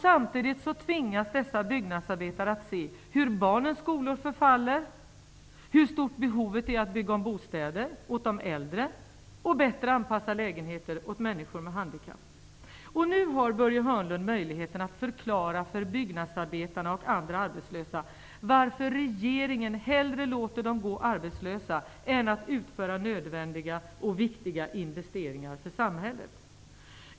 Samtidigt tvingas dessa byggnadsarbetare se hur barnens skolor förfaller, hur stort behovet är att bygga om bostäder åt de äldre och att bättre anpassa lägenheter åt människor med handikapp. Nu har Börje Hörnlund möjligheten att förklara för byggnadsarbetarna och andra arbetslösa varför regeringen hellre låter dem gå arbetslösa än låter dem utföra nödvändiga och viktiga investeringar för samhället.